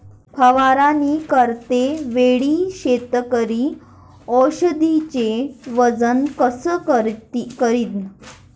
फवारणी करते वेळी शेतकरी औषधचे वजन कस करीन?